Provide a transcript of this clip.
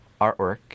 artwork